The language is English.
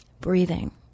breathing